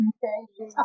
Okay